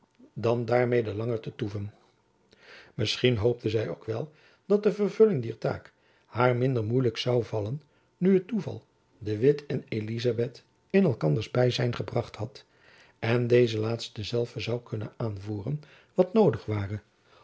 dan daarmede langer te toeven misschien hoopte zy ook wel dat de vervulling dier taak haar minder moeilijk zoû vallen nu het toeval de witt en elizabeth in elkanders byzijn gebracht had en deze laatste zelve zoû kunnen aanvoeren wat noodig ware